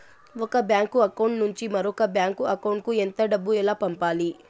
ఒక bank account నుంచి మరొక బ్యాంకు అకౌంట్ కు ఎంత డబ్బు ఎలా పంపాలి